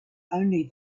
only